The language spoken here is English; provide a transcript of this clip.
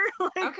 okay